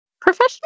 Professional